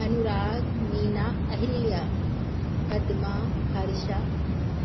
Anurag Meena Ahilya Padma Harsha